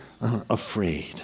afraid